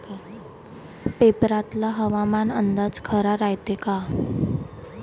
पेपरातला हवामान अंदाज खरा रायते का?